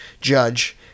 judge